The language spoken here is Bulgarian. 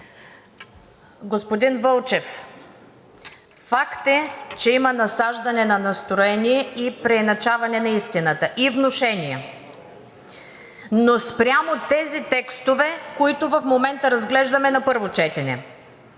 Господин Вълчев, факт е, че има насаждане на настроения, преиначаване на истината и внушения, но спрямо тези текстове, които в момента разглеждаме на първо четене.